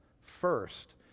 first